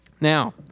Now